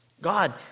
God